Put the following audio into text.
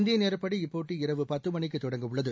இந்திய நேரப்படி இப்போட்டி இரவு பத்து மணிக்கு தொடங்கவுள்ளது